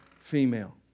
female